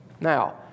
Now